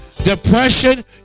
Depression